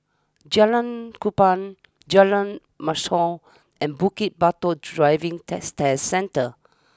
Jalan Kupang Jalan Mashhor and Bukit Batok Driving Test a Centre